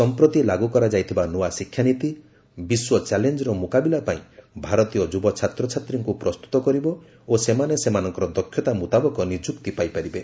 ସଂପ୍ରତି ଲାଗୁ କରାଯାଇଥିବା ନୃଆ ଶିକ୍ଷାନୀତି ବିଶ୍ୱ ଚ୍ୟାଲେଞ୍ଜର ମୁକାବିଲା ପାଇଁ ଭାରତୀୟ ଯୁବଛାତ୍ରଛାତ୍ରୀଙ୍କୁ ପ୍ରସ୍ତୁତ କରିବ ଓ ସେମାନେ ସେମାନଙ୍କର ଦକ୍ଷତା ମୁତାବକ ନିଯୁକ୍ତି ପାଇପାରିବେ